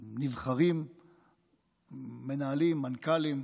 נבחרים, מנהלים, מנכ"לים,